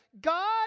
God